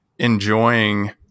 enjoying